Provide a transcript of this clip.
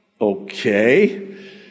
okay